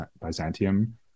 Byzantium